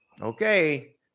okay